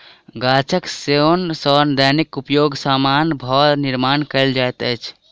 गाछक सोन सॅ दैनिक उपयोगक सामान सभक निर्माण कयल जाइत अछि